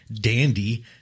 dandy